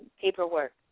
paperwork